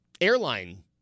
airline